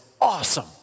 awesome